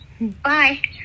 Bye